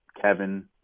Kevin